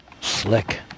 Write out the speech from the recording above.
Slick